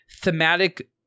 thematic